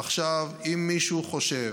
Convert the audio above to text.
עכשיו, אם מישהו חושב